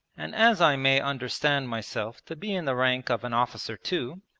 and as i may understand myself to be in the rank of an officer too,